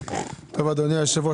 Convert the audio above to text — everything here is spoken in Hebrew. טוב אדוני יושב הראש,